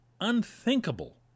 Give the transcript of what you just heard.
unthinkable